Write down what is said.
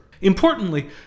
Importantly